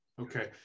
okay